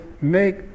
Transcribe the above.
make